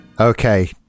Okay